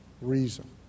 reason